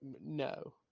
no